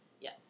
yes